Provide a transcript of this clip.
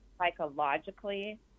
psychologically